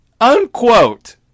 Unquote